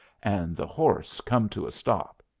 and the horse come to a stop.